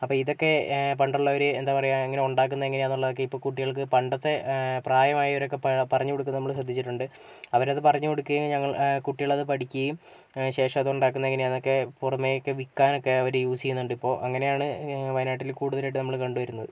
അപ്പോൾ ഇതക്കെ പണ്ടുള്ളവർ എന്താ പറയാ എങ്ങനെ ഉണ്ടാക്കുന്നതെങ്ങനെന്നുള്ളതൊക്കെ ഇപ്പോൾ കുട്ടികൾക്ക് പണ്ടത്തെ പ്രായമായവരൊക്കെ പറഞ്ഞ് കൊടുക്കുന്നത് നമ്മൾ ശ്രദ്ധിച്ചിട്ടുണ്ട് അവരത് പറഞ്ഞ് കൊടുക്കേം ഞങ്ങൾ കുട്ടികളത് പഠിക്കേം ശേഷം അത് ഉണ്ടാക്കുന്നതെങ്ങനെന്നക്കെ പുറമെയൊക്കെ അത് വിൽക്കാനൊക്കെ അവർ യൂസ് ചെയ്യുന്നുണ്ടിപ്പോൾ അങ്ങനെയാണ് വയനാട്ടിൽ കൂടുതലായിട്ടും നമ്മൾ കണ്ടു വരുന്നത്